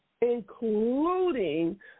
including